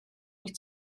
wyt